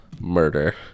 Murder